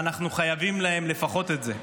ואנחנו חייבים להם לפחות את זה.